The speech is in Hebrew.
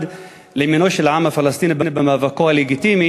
לימינו של העם הפלסטיני במאבקו הלגיטימי